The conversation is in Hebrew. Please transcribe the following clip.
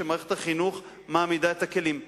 ומערכת החינוך מעמידה את הכלים,